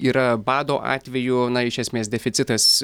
yra bado atvejų na iš esmės deficitas